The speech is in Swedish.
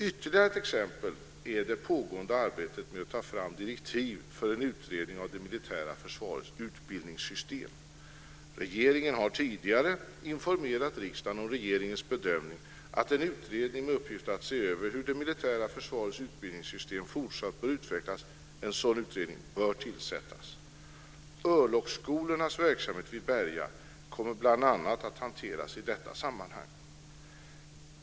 Ytterligare ett exempel är det pågående arbetet med att ta fram direktiv för en utredning av det militära försvarets utbildningsssystem. Regeringen har tidigare informerat riksdagen om regeringens bedömning att en utredning med uppgift att se över hur det militära försvarets utbildningssystem fortsatt bör utvecklas bör tillsättas. Örlogsskolornas verksamhet vid Berga kommer bl.a. att hanteras i detta sammanhang.